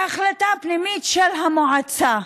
בהחלטה פנימית של המועצה,